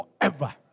forever